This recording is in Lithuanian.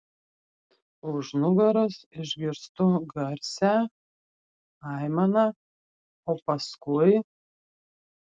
už nugaros išgirstu garsią aimaną o paskui